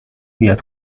بیاد